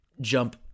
jump